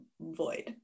void